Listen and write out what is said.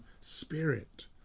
spirit